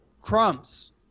crumbs